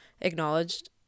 acknowledged